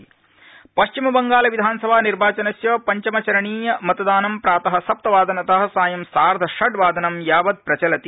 विधानसभा निर्वाचनम् पश्चिमबंगाल विधानसभा निर्वाचनस्य पंचमचरणीय मतदानम् प्रात सप्तवादनत सायं सार्धषड् वादनं यावत् प्रचलति